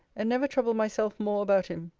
and never trouble myself more about him.